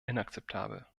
inakzeptabel